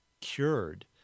cured